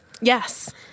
Yes